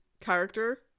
character